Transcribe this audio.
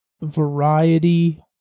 variety